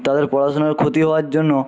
তাদের পড়াশোনার ক্ষতি হওয়ার জন্য